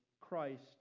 Christ